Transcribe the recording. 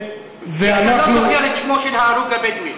אתה לא זוכר את שמו של ההרוג הבדואי.